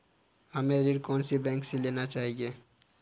हमें ऋण कौन सी बैंक से लेना चाहिए?